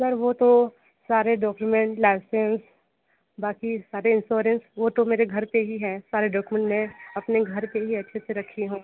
sir वो तो सारे डॉक्यूमेंट लाइसेंस बाक़ी सारे इंश्योरेंस वो तो मेरे घर पर ही है सारे डॉक्यूमेंट मैं अपने घर पर ही अच्छे से रखी हूँ